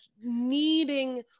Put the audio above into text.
needing